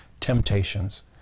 temptations